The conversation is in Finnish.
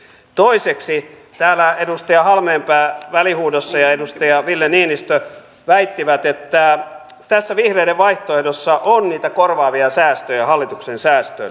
toiseksi täällä edustaja halmeenpää välihuudossa ja edustaja ville niinistö väittivät että tässä vihreiden vaihtoehdossa on niitä korvaavia säästöjä hallituksen säästöille